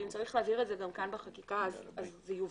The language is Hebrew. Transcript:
ואם צריך להבהיר את זה גם כאן בחקיקה אז זה יובהר,